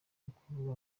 ukuvuga